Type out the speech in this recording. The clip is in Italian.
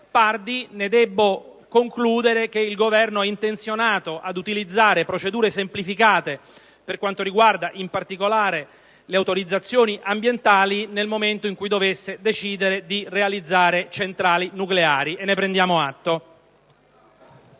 Pardi. Ne devo dedurre che il Governo è intenzionato a utilizzare procedure semplificate per quanto riguarda in particolare le autorizzazioni ambientali nel momento in cui dovesse decidere di realizzare centrali nucleari. Ne prendiamo atto.